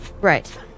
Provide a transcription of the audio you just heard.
Right